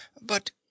but—